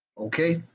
Okay